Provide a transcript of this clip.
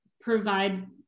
provide